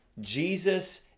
jesus